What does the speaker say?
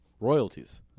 royalties